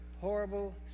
horrible